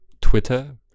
Twitter